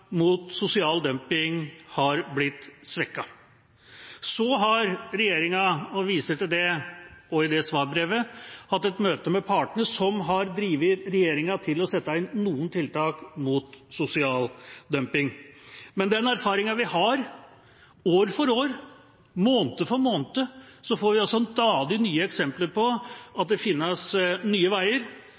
mot sosial dumping har blitt svekket. Så har regjeringa – og de viser også til det i svarbrevet – hatt et møte med partene, som har drevet regjeringa til å sette inn noen tiltak mot sosial dumping. Men den erfaringa vi har, år etter år, måned etter måned, er at vi stadig får nye eksempler på at det finnes nye veier,